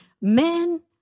men